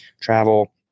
travel